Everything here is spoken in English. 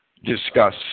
discuss